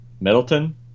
Middleton